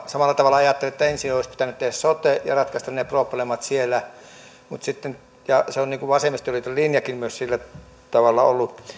samalla tavalla ajattelen että ensin olisi pitänyt tehdä sote ja ratkaista ne probleemat siellä ja se on vasemmistoliiton linjakin sillä kannalla ollut